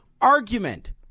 argument